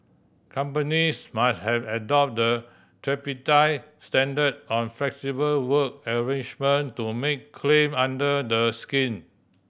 companies must have adopt the tripartite standard on flexible work arrangement to make claim under the scheme